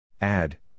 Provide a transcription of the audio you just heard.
Add